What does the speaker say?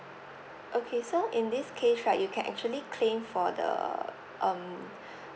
okay so in this case right you can actually claim for the um